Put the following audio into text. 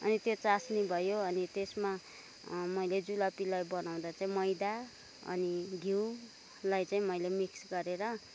अनि त्यो चास्नी भयो अनि त्यसमा मैले जुलपीलाई बनाउँदा चाहिँ मैदा अनि घिउलाई चाहिँ मैले मिक्स गरेर